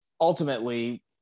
ultimately